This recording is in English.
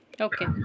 Okay